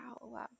wow